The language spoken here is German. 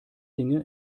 dinge